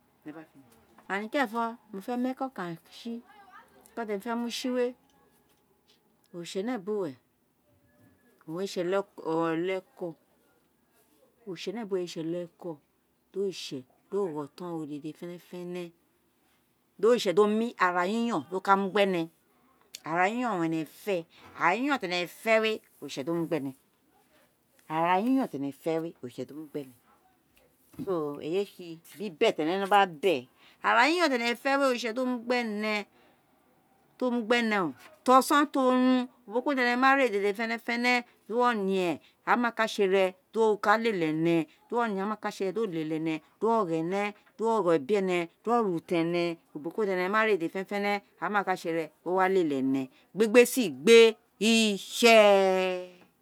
a gin kerenfo, mo fe mu eko okan si eko ti mo fe mu si we oritse ne bu we owun oleko o, oritse nebuwe owun rese oleko di oritse di o gho oton ro dede fenefene, di oritse di o mu ara yi yon owun ene fee, era yiyon ti ene fe we oritse di o mu gbe ene arayi yon ti ene fe we oritse di o mu gbe ene so eyi owun re se bi be ti ene no gba bee ara yi yon ti ene fe we oritse di o mu gbe ene, di o mu gbene, o ti oson ti orun uboki ubo ti ene ma re dede fenefene, di uwo ne emakase re gba lele ene, di uwo ne emakase re di o lele ene, di uwo gho ene, di uwo gho ebi ene, di uwo gho utan ene ubo ki ubo ti ene ma re dede fenefene amakase re o wa lele ene gbegbe resigbe o itse.